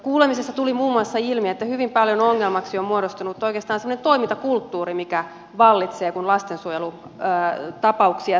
kuulemisessa tuli muun muassa ilmi että hyvin paljon ongelmaksi on muodostunut oikeastaan semmoinen toimintakulttuuri mikä vallitsee kun lastensuojelutapauksia selvitetään